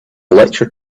lecture